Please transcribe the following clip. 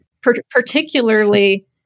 particularly